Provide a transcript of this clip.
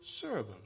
servant